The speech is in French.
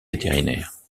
vétérinaires